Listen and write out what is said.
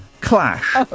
Clash